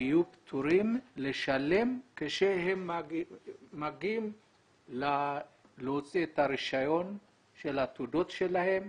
יהיו פטורים מלשלם כשהם מגיעים להוציא את הרישיון של התעודות שלהם